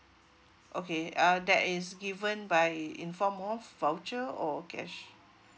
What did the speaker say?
okay uh that is given by in form of voucher or cash